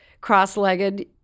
cross-legged